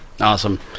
Awesome